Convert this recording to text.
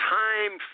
time